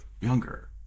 younger